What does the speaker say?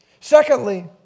Secondly